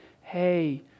hey